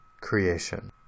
creation